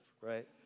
Right